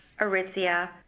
Aritzia